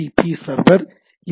B server S